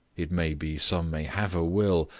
it may be some may have a will,